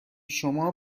شما